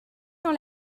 dans